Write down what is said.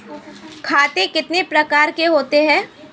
खाते कितने प्रकार के होते हैं?